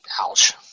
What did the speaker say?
ouch